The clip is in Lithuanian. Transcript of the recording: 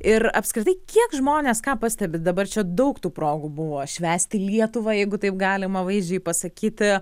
ir apskritai kiek žmonės ką pastebit dabar čia daug tų progų buvo švęsti lietuvą jeigu taip galima vaizdžiai pasakyti